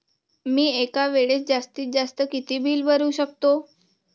मी एका वेळेस जास्तीत जास्त किती बिल भरू शकतो?